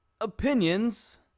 opinions